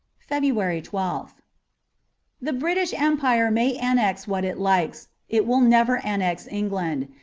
february twelfth the british empire may annex what it likes, it will never annex england.